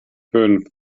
fünf